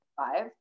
five